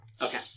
Okay